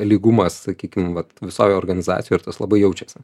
lygumas sakykime vat visoj organizacijoj ir tas labai jaučiasi